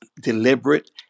deliberate